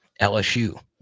LSU